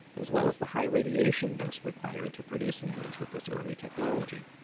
as well as the high radiation dose required to produce an image with this early technology,